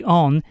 on